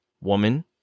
woman